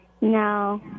No